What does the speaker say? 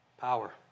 Power